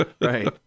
right